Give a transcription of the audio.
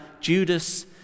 Judas